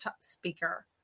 speaker